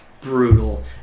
brutal